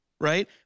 Right